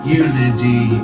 unity